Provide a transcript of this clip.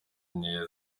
neza